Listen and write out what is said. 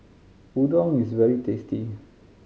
udon is very tasty